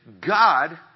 God